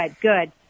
good